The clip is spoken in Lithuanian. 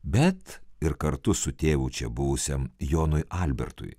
bet ir kartu su tėvu čia buvusiam jonui albertui